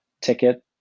ticket